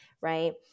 right